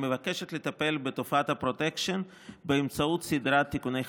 מבקשת לטפל בתופעת הפרוטקשן באמצעות סדרת תיקוני חקיקה.